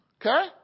Okay